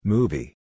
Movie